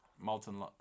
Molten